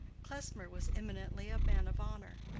klesmer was eminently a man of honor,